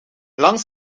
lang